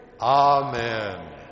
amen